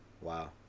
Wow